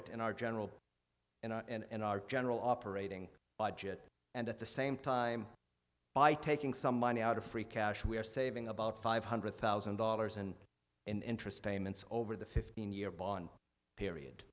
it in our general and our general operating budget and at the same time by taking some money out of free cash we're saving about five hundred thousand dollars and interest payments over the fifteen year bond period